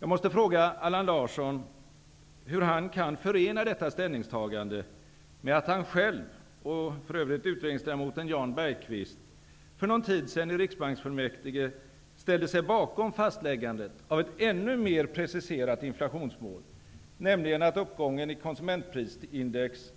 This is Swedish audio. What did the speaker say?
Jag måste fråga Allan Larsson hur han kan förena detta ställningstagande med att han själv och utredningsledamoten Jan Bergqvist för någon tid sedan i Riksbanksfullmäktige ställde sig bakom fastläggandet av ett ännu mer preciserat inflationsmål, nämligen att uppgången i konsumentprisindex